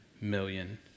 million